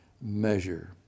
measure